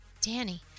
Danny